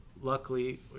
luckily